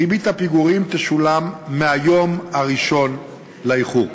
ריבית הפיגורים תשולם מהיום הראשון לאיחור.